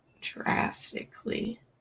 drastically